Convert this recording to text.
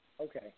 Okay